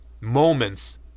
moments